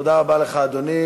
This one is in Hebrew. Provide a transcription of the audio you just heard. תודה רבה לך, אדוני.